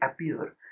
appear